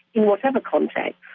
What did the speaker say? in whatever context,